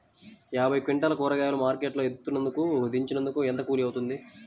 యాభై క్వింటాలు కూరగాయలు మార్కెట్ లో ఎత్తినందుకు, దించినందుకు ఏంత కూలి అవుతుంది?